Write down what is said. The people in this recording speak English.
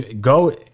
go